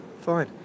Fine